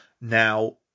Now